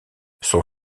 son